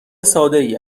سادهای